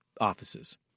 offices